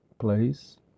place